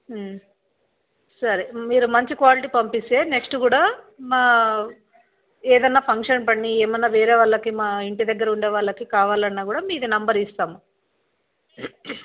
సరే మీరు మంచి క్వాలిటీ పంపిస్తే నెక్స్ట్ గూడా మా ఏదన్నా ఫంక్షన్ పడనీ ఏమన్నా వేరే వాళ్ళకి మా ఇంటి దగ్గరుండే వాళ్ళకి కావాలన్నా గూడా మీది నంబరిస్తాము